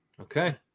Okay